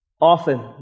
Often